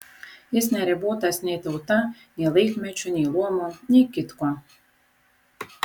jis neribotas nei tauta nei laikmečiu nei luomu nei kitkuo